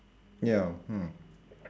ya hmm